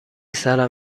سرم